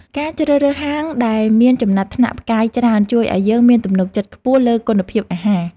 ការជ្រើសរើសហាងដែលមានចំណាត់ថ្នាក់ផ្កាយច្រើនជួយឱ្យយើងមានទំនុកចិត្តខ្ពស់លើគុណភាពអាហារ។